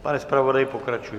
Pane zpravodaji, pokračujte.